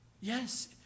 Yes